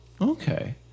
okay